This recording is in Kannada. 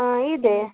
ಆಂ ಇದೆ